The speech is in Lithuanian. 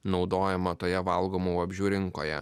naudojama toje valgomų vabzdžių rinkoje